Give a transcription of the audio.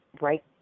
right